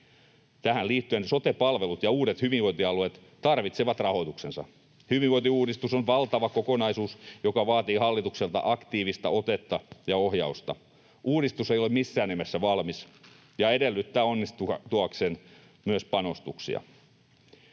Tähän liittyen sote-palvelut ja uudet hyvinvointialueet tarvitsevat rahoituksensa. Hyvinvointiuudistus on valtava kokonaisuus, joka vaatii hallitukselta aktiivista otetta ja ohjausta. Uudistus ei ole missään nimessä valmis ja edellyttää onnistuakseen myös panostuksia.